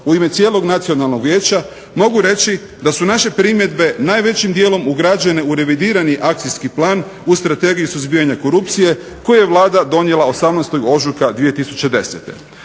u ime cijelog Nacionalnog vijeća mogu reći da su naše primjedbe najvećim dijelom ugrađene u revidirani akcijski plan, u Strategiju suzbijanja korupcije koju je Vlada donijela 18. ožujka 2010.